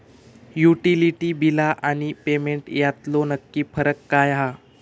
Utility बिला आणि payment यातलो नक्की फरक काय हा?